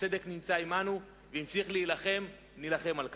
הצדק נמצא עמנו, ואם צריך להילחם, נילחם על כך.